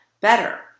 better